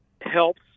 helps